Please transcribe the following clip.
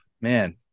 man